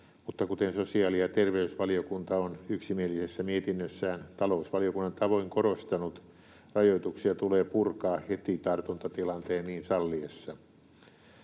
Mutta kuten sosiaali- ja terveysvaliokunta on yksimielisessä mietinnössään talousvaliokunnan tavoin korostanut, rajoituksia tulee purkaa heti tartuntatilanteen niin salliessa.